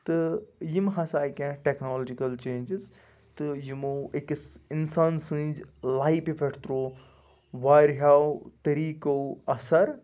تہٕ یِم ہسا آیہِ کینٛہہ ٹٮ۪کنالجِکل چینٛجِز تہٕ یِمو أکِس اِنسان سٕنٛزۍ لایفہِ پٮ۪ٹھ ترٛوو وارِہو طٔریٖقو اَثر